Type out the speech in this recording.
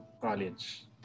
college